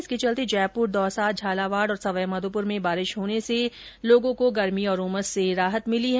इसके चलते जयपुर दौसा झालावाड सवाईमाघोपुर में बारिश होने से लोगों को गर्मी और उमस से राहत मिली है